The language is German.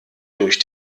durch